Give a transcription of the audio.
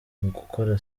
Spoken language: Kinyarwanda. gukora